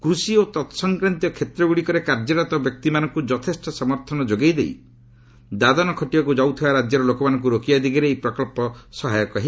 କୃଷି ଓ ତତ୍ସଂକ୍ରାନ୍ତୀୟ କ୍ଷେତ୍ର ଗୁଡ଼ିକରେ କାର୍ଯ୍ୟରତ ବ୍ୟକ୍ତିମାନଙ୍କୁ ଯଥେଷ୍ଟ ସମର୍ଥନ ଯୋଗାଇଦେଇ ଦାଦନ ଖଟିବାକୁ ଯାଉଥିବା ରାଜ୍ୟର ଲୋକମାନଙ୍କୁ ରୋକିବା ଦିଗରେ ଏହି ପ୍ରକଳ୍ପ ସହାୟକ ହେବ